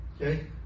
Okay